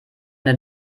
eine